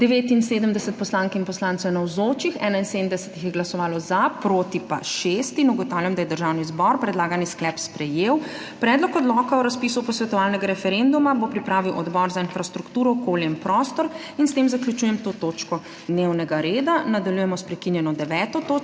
79 poslank in poslancev je navzočih, 71 jih je glasovalo za, proti pa 6. (Za je glasovalo 71.) (Proti 6.) Ugotavljam, da je Državni zbor predlagani sklep sprejel. Predlog odloka o razpisu posvetovalnega referenduma bo pripravil Odbor za infrastrukturo, okolje in prostor. S tem zaključujem to točko dnevnega reda. **Nadaljujemo s prekinjeno 9. točko